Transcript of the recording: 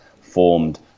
formed